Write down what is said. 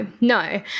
no